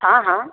हाँ हाँ